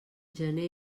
gener